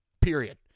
Period